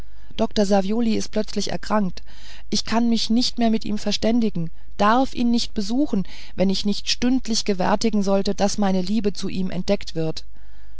dr savioli ist plötzlich erkrankt ich kann mich nicht mehr mit ihm verständigen darf ihn nicht besuchen wenn ich nicht stündlich gewärtigen soll daß meine liebe zu ihm entdeckt wird